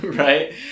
right